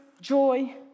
joy